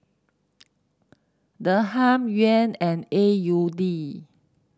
Dirham Yuan and A U D